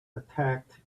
attacked